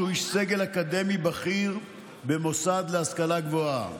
שהוא איש סגל אקדמי בכיר במוסד להשכלה גבוהה.